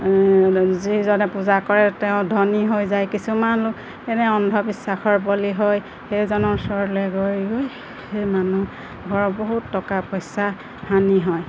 যিজনে পূজা কৰে তেওঁ ধনী হৈ যায় কিছুমান এনে অন্ধবিশ্বাসৰ বলি হৈ সেইজনৰ ওচৰলৈ গৈ সেই মানুহ ঘৰ বহুত টকা পইচা হানি হয়